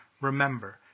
Remember